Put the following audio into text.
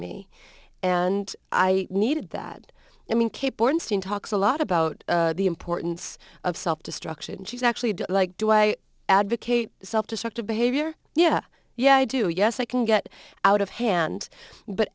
me and i needed that i mean kate bornstein talks a lot about the importance of self destruction and she's actually like do i advocate self destructive behavior yeah yeah i do yes i can get out of hand but